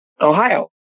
Ohio